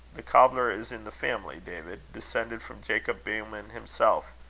the cobbler is in the family, david, descended from jacob boehmen himself,